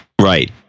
Right